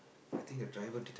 I think the private